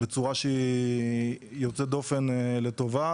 בצורה שהיא יוצאת דופן לטובה.